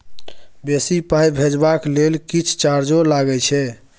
बेसी पाई भेजबाक लेल किछ चार्जो लागे छै?